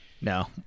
No